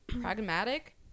pragmatic